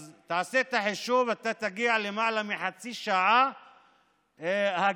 תעשה את החישוב ותגיע ליותר מחצי שעה הגעה.